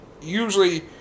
usually